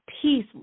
peace